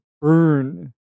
burn